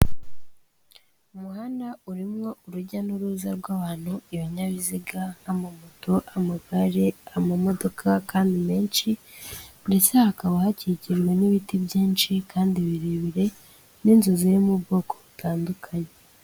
Umuhanda urimo urujya n'uruza rw'abantu ibinyabiziga nk'amamoto, amagare, amamodoka kandi menshi ndetse hakaba hakikiwe n'ibiti byinshi kandi birebire n'inzozi yo mu bwoko butandukanye.